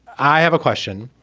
i have a question,